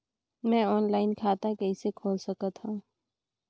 मैं ऑनलाइन खाता कइसे खोल सकथव?